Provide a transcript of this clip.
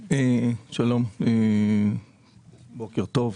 שלום, בוקר טוב,